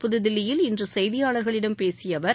புத்தில்லியில் இன்று செய்தியாளர்களிடம் பேசிய அவர்